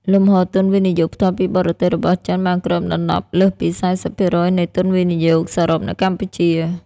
លំហូរទុនវិនិយោគផ្ទាល់ពីបរទេស របស់ចិនបានគ្របដណ្ដប់លើសពី ៤០% នៃទុនវិនិយោគសរុបនៅកម្ពុជា។